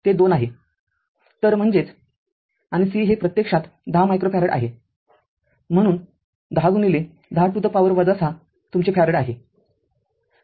तरम्हणजेचआणि C हे प्रत्यक्षात १० microfarad आहे म्हणून १०१० to the power ६ तुमचे फॅरड आहे